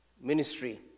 ministry